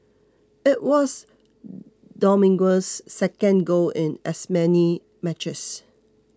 it was Dominguez's second goal in as many matches